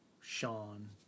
Sean